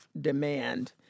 Demand